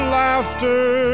laughter